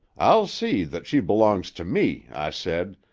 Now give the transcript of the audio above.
i'll see that she belongs to me i said.